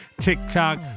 tiktok